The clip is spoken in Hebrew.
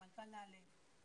מנכ"ל נעל"ה,